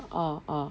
orh orh